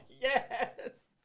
yes